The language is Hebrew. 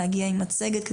להגיע עם מצגת,